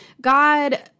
God